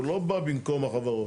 הוא לא בא במקום החברות.